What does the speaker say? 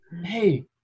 Hey